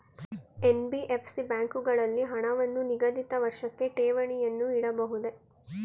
NBFC ಬ್ಯಾಂಕುಗಳಲ್ಲಿ ಹಣವನ್ನು ನಿಗದಿತ ವರ್ಷಕ್ಕೆ ಠೇವಣಿಯನ್ನು ಇಡಬಹುದೇ?